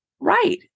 Right